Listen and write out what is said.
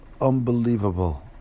unbelievable